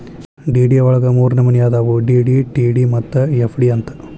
DD ವಳಗ ಮೂರ್ನಮ್ನಿ ಅದಾವು ಡಿ.ಡಿ, ಟಿ.ಡಿ ಮತ್ತ ಎಫ್.ಡಿ ಅಂತ್